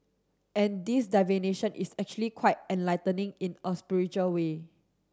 and this divination is actually quite enlightening in a spiritual way